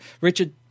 Richard